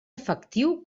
efectiu